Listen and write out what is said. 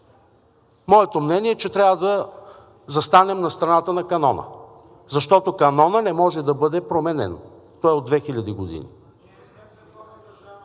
Моето мнение е, че трябва да застанем на страната на канона, защото канонът не може да бъде променен, той е от 2000 г.